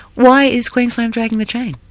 why is queensland dragging the chain?